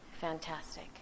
fantastic